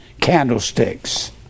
candlesticks